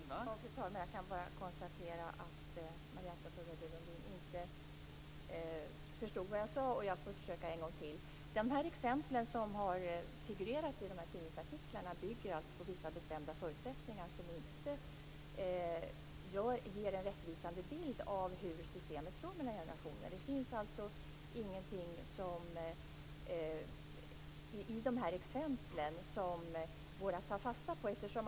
Fru talman! Jag kan bara konstatera att Marietta de Pourbaix-Lundin inte förstod vad jag sade. Jag skall försöka en gång till. De exempel som har figurerat i tidningsartiklarna bygger alltså på vissa bestämda förutsättningar som inte ger en rättvisande bild av hur systemet slår mellan generationer. Det går inte att ta fasta på någonting i de här exemplen.